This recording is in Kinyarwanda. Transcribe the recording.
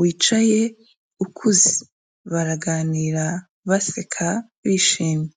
wicaye ukuze, baraganira baseka bishimye.